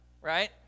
right